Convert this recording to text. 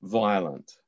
violent